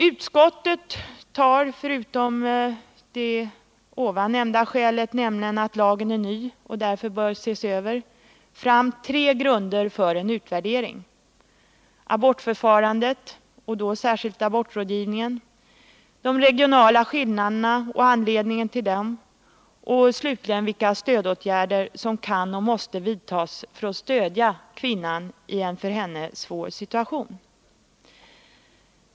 Utskottet anger förutom det nyss nämnda skälet, nämligen att lagen är ny och därför bör ses över, tre grunder för en utvärdering: abortförfarandet och då särskilt abortrådgivningen, de regionala skillnaderna och anledningen till dem och slutligen de stödåtgärder som kan och måste vidtas för att stödja kvinnan i en för henne svår situation.